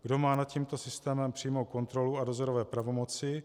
Kdo má nad tímto systémem přímou kontrolu a dozorové pravomoci?